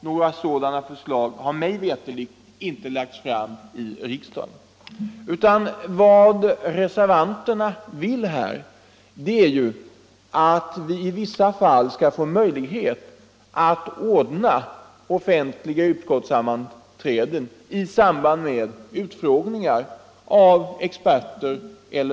Några sådana förslag har mig veterligt inte lagts fram i riksdagen, utan vad reservanterna vill är ju att vi i vissa fall skall få möjlighet att ordna offentliga utskottssammanträden i samband med utfrågningar av experter.